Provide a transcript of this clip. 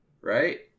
right